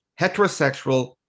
heterosexual